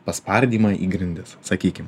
paspardymą į grindis sakykim